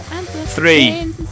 Three